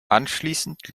anschließend